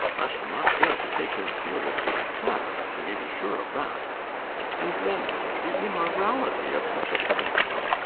i shall not fail to take him seriously to task he may be sure of that and then the immorality of such a connection!